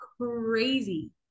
crazy